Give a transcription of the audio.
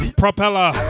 propeller